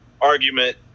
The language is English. argument